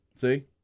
See